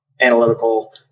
analytical